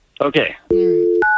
Okay